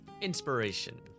inspiration